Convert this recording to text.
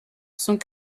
sont